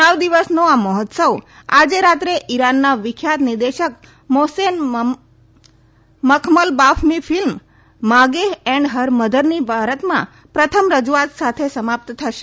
નવ દિવસનો આ મહોત્સવ આજે રાત્રે ઇરાનના વિખ્યાત નિર્દેશક માહેસેન મખમલબાફની ફિલ્મ માગેહ એન્ડ હર મધરની ભારતમાં પ્રથમ રજૂઆત સાથે સમાપ્ત થશે